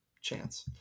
chance